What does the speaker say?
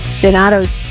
Donato's